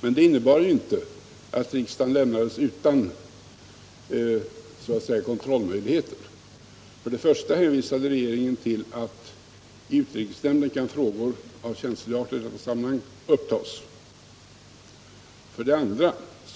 Men det innebar inte att riksdagen lämnades utan kontrollmöjligheter. För det första hänvisade regeringen till att i utrikesnämnden kan frågor av känslig art i detta sammanhang upptas. För det andra